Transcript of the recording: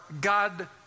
God